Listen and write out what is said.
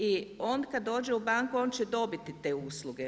I on kad dođe u banku on će dobiti te usluge.